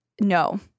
No